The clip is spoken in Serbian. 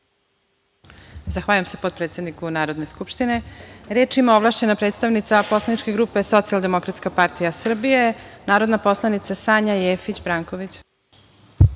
Zahvaljujem se potpredsedniku Narodne skupštine. Reč ima ovlašćena predstavnica poslaničke grupe Socijaldemokratska partija Srbije, narodna poslanica Sanja Jefić Branković.